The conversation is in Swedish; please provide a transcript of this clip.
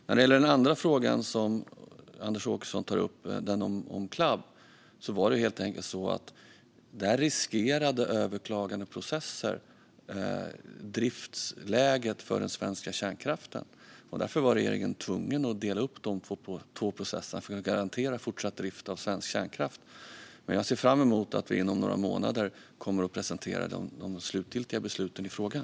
När det gäller den andra frågan som Anders Åkesson tar upp, om Clab, var det helt enkelt så att överklagandeprocesser riskerade driften för den svenska kärnkraften. Därför var regeringen tvungen att dela upp frågan i två processer för att kunna garantera fortsatt drift av svensk kärnkraft. Jag ser fram emot att vi inom några månader kommer att presentera de slutgiltiga besluten i frågan.